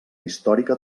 històrica